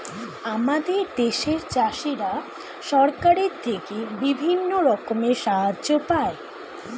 আমাদের দেশের চাষিরা সরকারের থেকে বিভিন্ন রকমের সাহায্য পায়